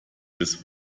des